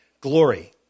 Glory